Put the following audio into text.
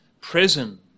prison